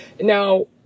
Now